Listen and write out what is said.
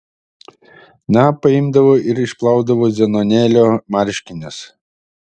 na paimdavau ir išplaudavau zenonėlio marškinius